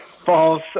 false